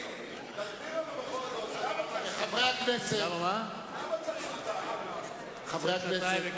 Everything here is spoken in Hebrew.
תסביר לנו, בכל זאת, למה רק שנתיים?